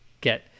get